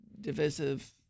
divisive